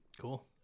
cool